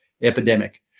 epidemic